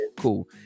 cool